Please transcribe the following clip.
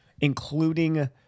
including